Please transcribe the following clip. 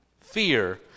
fear